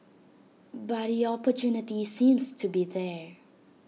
but the opportunity seems to be there